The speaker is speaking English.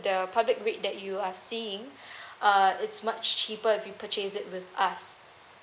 the public rate that you are seeing uh it's much cheaper if you purchase it with us